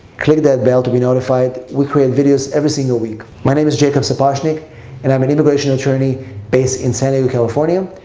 click that bell to be notified. we create videos every single week. my name is jacob sapochnick and i'm an immigration attorney based in san and diego, california,